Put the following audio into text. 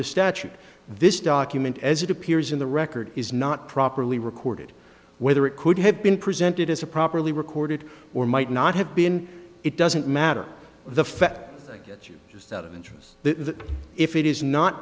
the statute this document as it appears in the record is not properly recorded whether it could have been presented as a properly recorded or might not have been it doesn't matter the